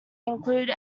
include